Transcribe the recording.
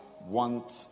want